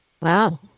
Wow